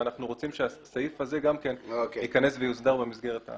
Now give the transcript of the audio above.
ואנחנו רוצים שהסעיף הזה גם כן ייכנס ויוסדר במסגרת החוק.